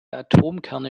atomkerne